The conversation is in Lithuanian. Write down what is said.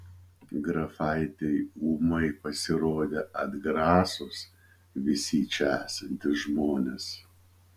grafaitei ūmai pasirodė atgrasūs visi čia esantys žmonės